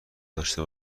داشته